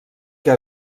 que